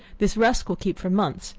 this rusk will keep for months,